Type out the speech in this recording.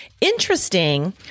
Interesting